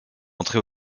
entrer